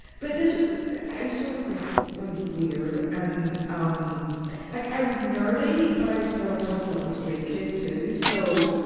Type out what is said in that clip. but this is i was sort of like, weird, and, um like i was nerdy, but i was still a tough little street kid too, so,